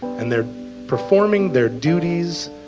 and they're performing their duties.